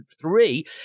three